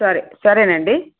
సరే సరే అండి